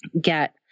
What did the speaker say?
get